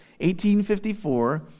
1854